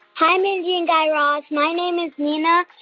hi, mindy and guy raz. my name is nina.